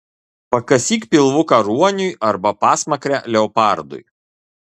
pakasyk pilvuką ruoniui arba pasmakrę leopardui